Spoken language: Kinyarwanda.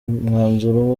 umwanzuro